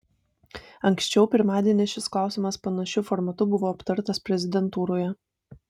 anksčiau pirmadienį šis klausimas panašiu formatu buvo aptartas prezidentūroje